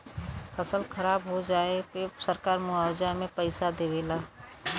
फसल खराब हो जाये पे सरकार मुआवजा में पईसा देवे ला